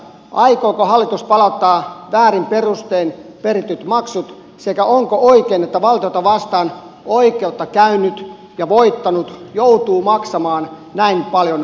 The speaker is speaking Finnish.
aikooko hallitus palauttaa väärin perustein perityt maksut sekä onko oikein että valtiota vastaan oikeutta käynyt ja voittanut joutuu maksamaan näin paljon oikeudenkäyntikuluja